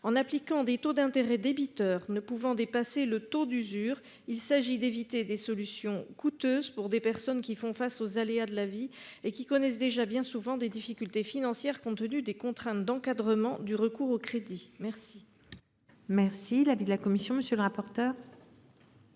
en appliquant des taux d'intérêts débiteurs ne pouvant dépasser le taux d'usure. Il s'agit d'éviter des solutions coûteuses pour des personnes qui font face aux aléas de la vie et qui connaissent déjà bien souvent des difficultés financières. Compte tenu des contraintes d'encadrement du recours au crédit. Merci. Merci. L'avis de la commission. Monsieur le rapporteur.